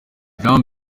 jean